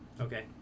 Okay